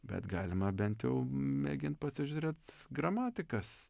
bet galima bent jau mėgint pasižiūrėt gramatikas